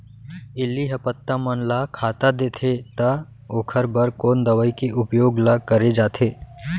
इल्ली ह पत्ता मन ला खाता देथे त ओखर बर कोन दवई के उपयोग ल करे जाथे?